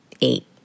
eight